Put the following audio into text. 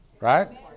Right